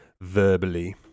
verbally